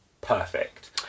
perfect